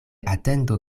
atendo